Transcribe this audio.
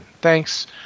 Thanks